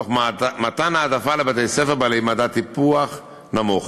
תוך מתן העדפה לבתי-ספר בעלי מדד טיפוח נמוך.